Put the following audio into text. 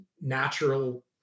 natural